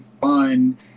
fun